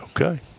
Okay